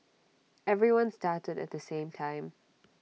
everyone started at the same time